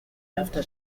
after